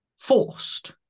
forced